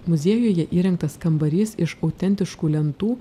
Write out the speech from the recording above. muziejuje įrengtas kambarys iš autentiškų lentų